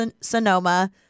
Sonoma